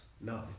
No